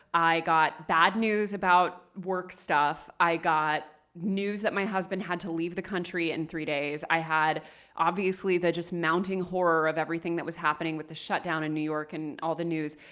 i got bad news about work stuff. i got news that my husband had to leave the country in three days. i had obviously the just mounting horror of everything that was happening with the shut down in new york and all the news.